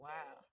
Wow